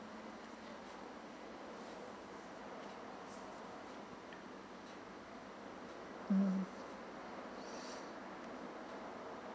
mm